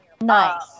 Nice